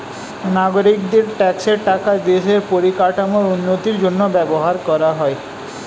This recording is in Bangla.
নাগরিকদের ট্যাক্সের টাকা দেশের পরিকাঠামোর উন্নতির জন্য ব্যবহার করা হয়